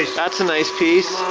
that's a nice piece.